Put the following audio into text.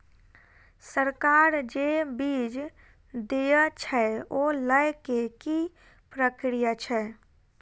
सरकार जे बीज देय छै ओ लय केँ की प्रक्रिया छै?